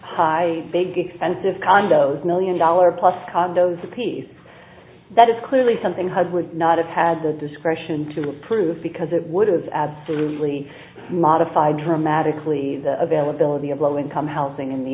high big expensive condos million dollar plus condos a piece that is clearly something hud would not have had the discretion to approve because it would have absolutely modified dramatically the availability of low income housing in the